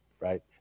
right